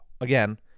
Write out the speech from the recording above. again